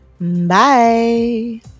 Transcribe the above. Bye